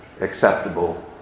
acceptable